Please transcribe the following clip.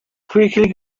quickly